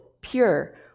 pure